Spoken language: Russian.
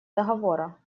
договора